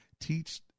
teach